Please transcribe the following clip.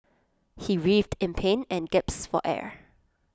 he writhed in pain and gasped for air